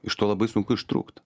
iš to labai sunku ištrūkt